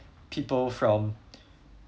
people from